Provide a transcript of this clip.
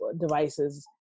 devices